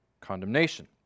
condemnation